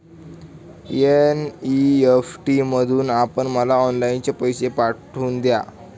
NEFT मधून आपण मला ऑनलाईनच पैसे पाठवून द्या